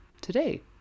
today